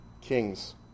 Kings